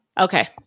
Okay